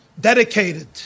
dedicated